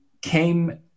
came